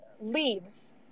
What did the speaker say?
leaves